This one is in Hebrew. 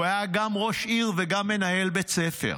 הוא היה גם ראש עיר וגם מנהל בית ספר.